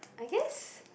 I guess